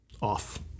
off